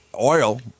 oil